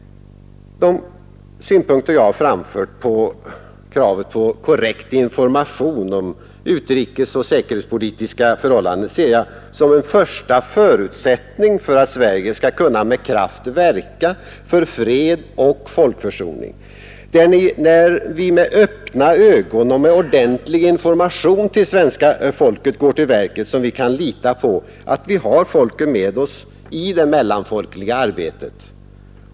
De synpunkter jag har framfört då det gäller kravet på korrekt information om utrikesoch säkerhetspolitiska förhållanden ser jag som en första förutsättning för att Sverige skall kunna med kraft verka för fred och folkförsoning. Det är då vi med öppna ögon och med ordentlig information till svenska folket går till verket som vi kan lita på att vi har folket med oss i det mellanfolkliga arbetet.